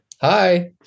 Hi